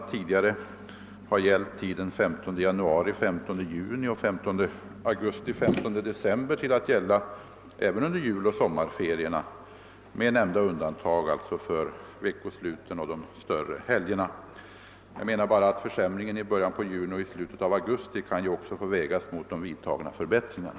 Tidigare gällde rabtten 15 januari—15 juni samt 15 augusti—15 december, medan den nu gäller även under juloch sommarferierna med undantag för veckosluten och de större helgerna. Jag menar alltså att försämringen i början av juni och i slutet av augusti bör vägas mot de förbättringar som vidtagits.